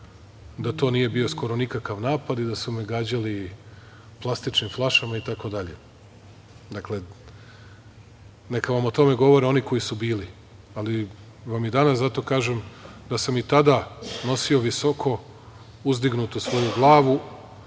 da to nije bio skoro nikakav napad i da su me gađali plastičnim flašama itd. Dakle, neka vam o tome govore oni koji su bili. Ali vam i danas zato kažem da sam i tada nosio visoko uzdignutu svoju glavu,